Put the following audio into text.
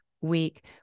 week